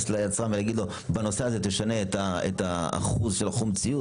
ליצרן ולומר לו: בנושא הזה תשנה את האחוז של החומציות